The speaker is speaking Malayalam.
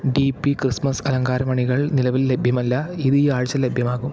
ഡീപ്പി ക്രിസ്മസ് അലങ്കാരമണികൾ നിലവിൽ ലഭ്യമല്ല ഇത് ഈ ആഴ്ച ലഭ്യമാകും